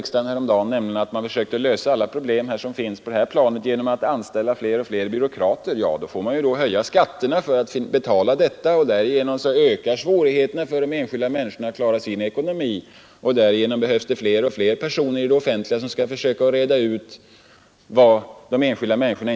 Många gånger har jag för min del i denna talarstol påpekat de risker som är förenade med det sviktande nyföretagandet och med de mindre och medelstora företagens problem, och det är synpunkter som vi på nytt framför i vår reservation.